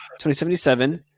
2077